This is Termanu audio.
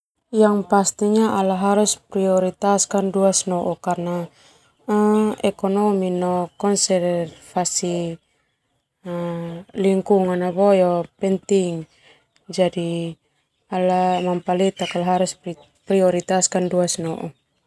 Ala harus prioritaskan duas nou karna ekonomi no konservasi lingkungan na boe penting, jadi mampaletak kala harus prioritaskan duas nou.